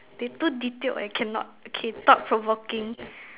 they too detailed I cannot okay thought provoking